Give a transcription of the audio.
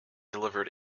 delivered